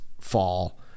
fall